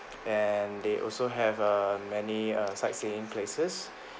and they also have mm many mm sightseeing places